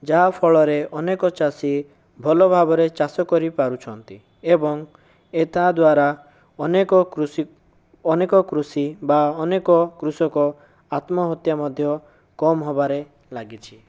ଯାହା ଫଳରେ ଅନେକ ଚାଷୀ ଭଲ ଭାବରେ ଚାଷ କରିପାରୁଛନ୍ତି ଏବଂ ଏତାଦ୍ୱାରା ଅନେକ କୃଷି ଅନେକ କୃଷି ବା ଅନେକ କୃଷକ ଆତ୍ମହତ୍ୟା ମଧ୍ୟ କମ ହେବାରେ ଲାଗିଛି